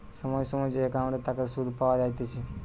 সময় সময় যে একাউন্টের তাকে সুধ পাওয়া যাইতেছে